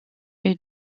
est